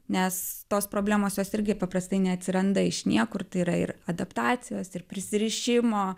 nes tos problemos jos irgi paprastai neatsiranda iš niekur tai yra ir adaptacijos ir prisirišimo